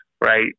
right